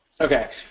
Okay